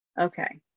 okay